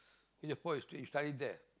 before you stay you study there